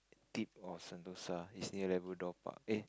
deep of Sentosa it's near Labrador Park eh